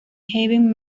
haven